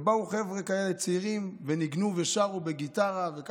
ובאו חבר'ה צעירים וניגנו בגיטרה ושרו,